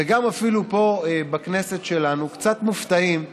וגם אפילו פה בכנסת שלנו, קצת מופתעים שאני,